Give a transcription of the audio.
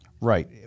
Right